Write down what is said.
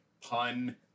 pun